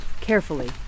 carefully